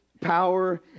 power